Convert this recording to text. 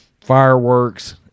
Fireworks